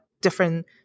different